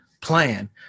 plan